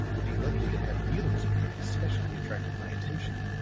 would be likely to have dealings with him especially attracted my attention.